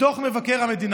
קראתי את דוח מבקר המדינה.